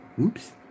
Oops